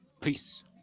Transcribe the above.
peace